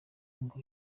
ngo